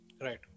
right